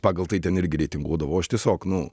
pagal tai ten ir reitinguodavo aš tiesiog nu